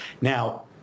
Now